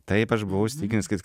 taip aš buvau įsitikinęs kad